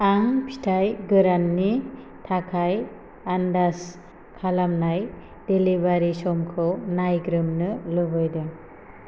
आं फिथाइ गोराननि थाखाय आन्दाज खालामनाय डेलिबारि समखौ नायग्रोमनो लुबैदों